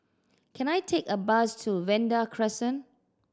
can I take a bus to Vanda Crescent